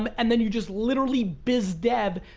um and then you just literally biz dev,